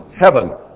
heaven